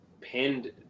pinned